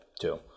two